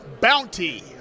Bounty